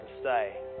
stay